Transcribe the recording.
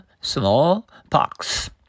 smallpox